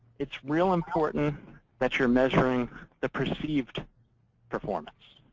it's real important that you're measuring the perceived performance.